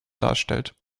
darstellt